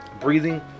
Breathing